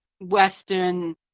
Western